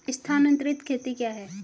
स्थानांतरित खेती क्या है?